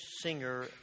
singer